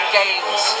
games